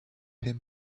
him